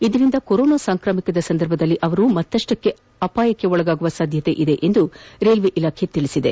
ಇದರಿಂದ ಕೊರೋನಾ ಸಾಂಕ್ರಾಮಿಕದ ಸಂದರ್ಭದಲ್ಲಿ ಅವರು ಮತ್ತಷ್ಟು ಅಪಾಯಕ್ಕೆ ಒಳಗಾಗುವ ಸಾಧ್ವತೆಯಿದೆ ಎಂದು ರೈಲ್ವೇ ಇಲಾಖೆ ತಿಳಿಸಿದೆ